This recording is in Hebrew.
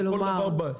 להתייחס.